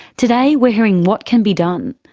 today we're hearing what can be done.